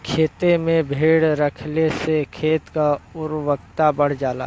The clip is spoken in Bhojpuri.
खेते में भेड़ रखले से खेत के उर्वरता बढ़ जाला